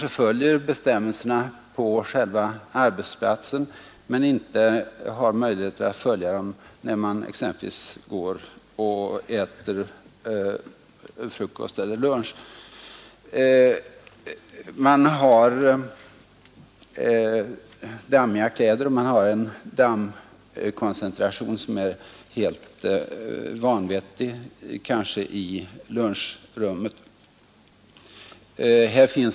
Det händer också att bestämmelserna följs på själva arbetsplatsen men att man inte har möjlighet att göra det när man exempelvis går och äter frukost eller lunch — man har dammiga kläder, och det är kanske en helt vanvettig dammkoncentration i lunchrummet.